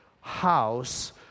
house